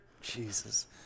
Jesus